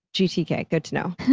gtk, good good to know.